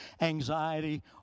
anxiety